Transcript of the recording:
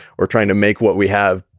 we're trying to make what we have.